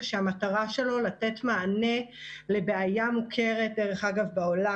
שהמטרה שלו היא לתת מענה לבעיה מוכרת בעולם,